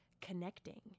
connecting